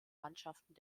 mannschaften